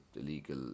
illegal